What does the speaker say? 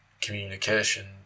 communication